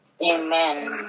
Amen